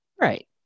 Right